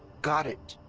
got it!